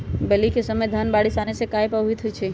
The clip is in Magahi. बली क समय धन बारिस आने से कहे पभवित होई छई?